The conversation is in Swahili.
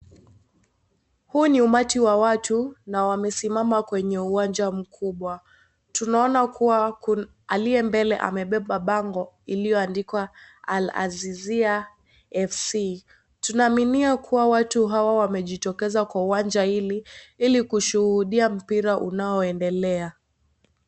Huu ni umati wa watu na wamesimama kwenye uwanja mkubwa. Tunaona kuwa, aliye mbele amebeba bango, iliyoandikwa, Al-Azizia FC. Tunaaminia kuwa, watu hawa wamejitokeza katika uwanja hili, ili kushuhudia mpira unaoendelea.